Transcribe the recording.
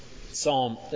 Psalm